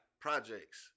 projects